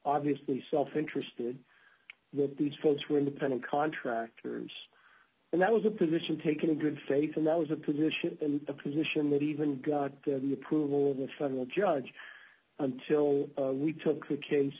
obviously self interested that these folks were independent contractors and that was a position taken in good faith and that was a position in the position that even got the approval of the sun will judge until we took the case